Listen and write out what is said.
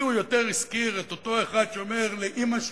לי הוא יותר הזכיר את אותו אחד שאומר לאמא שלו: